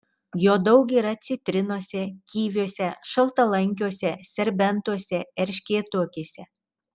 jo daug yra citrinose kiviuose šaltalankiuose serbentuose erškėtuogėse